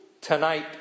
tonight